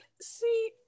see